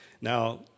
Now